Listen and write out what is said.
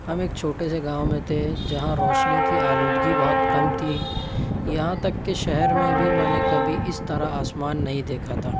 ہم ایک چھوٹے سے گاؤں میں تھے جہاں روشنی کی آلودگی بہت کم تھی یہاں تک کہ شہر میں بھی میں نے کبھی اس طرح آسمان نہیں دیکھا تھا